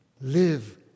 live